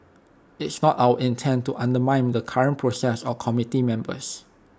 it's not our intent to undermine the current process or committee members